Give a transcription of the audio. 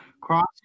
cross